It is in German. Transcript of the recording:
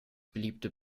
beliebte